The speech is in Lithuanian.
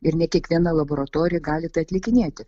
ir ne kiekviena laboratorija gali tai atlikinėti